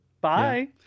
bye